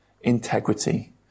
integrity